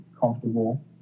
comfortable